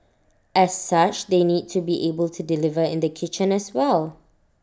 as such they need to be able to deliver in the kitchen as well